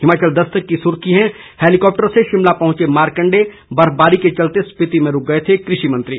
हिमाचल दस्तक की सुर्खी है हेलिकॉप्टर से शिमला पहुंचे मार्केडेय बर्फबारी के चलते स्पीति में रूक गए थे कृषि मंत्री